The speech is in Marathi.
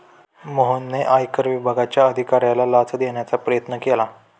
मोहनने आयकर विभागाच्या अधिकाऱ्याला लाच देण्याचा प्रयत्न केला